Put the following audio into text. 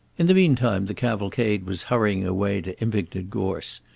in the meantime the cavalcade was hurrying away to impington gorse,